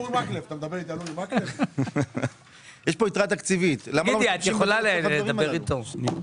יש לכם תשובה לזה?